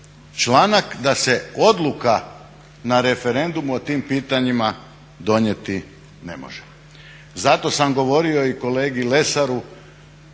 članak da se odluka na referendumu o tim pitanjima donijeti ne može. Zato sam govorio i kolegi Lesaru